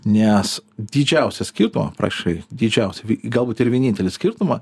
nes didžiausią skirtumą praktiškai didžiausią galbūt ir vienintelį skirtumą